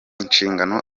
inshingano